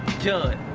john.